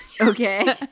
Okay